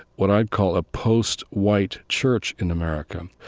what i'd call a post-white church in america,